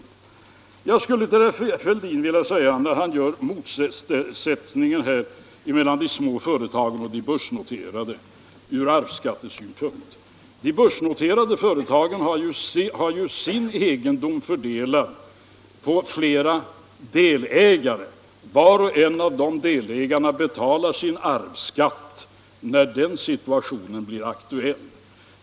Herr Fälldin talar om motsättningen mellan de små företagen och de börsnoterade ur arvsskattesynpunkt. De börsnoterade företagen har ju sin egendom fördelad på flera delägare. Var och en av dessa delägare betalar sin arvsskatt när den situationen blir aktuell.